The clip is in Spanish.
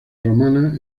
romana